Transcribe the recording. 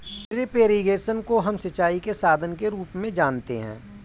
drip irrigation को हम सिंचाई के साधन के रूप में जानते है